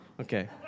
Okay